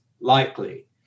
likely